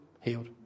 healed